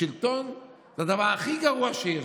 בשלטון זה הדבר הכי גרוע שיש,